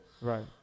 Right